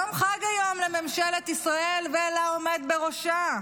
יום חג היום לממשלת ישראל ולעומד בראשה.